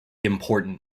important